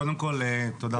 קודם כל תודה רבה.